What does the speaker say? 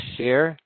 Share